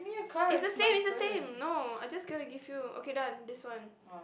is the same is the same no I just cannot give you okay done this one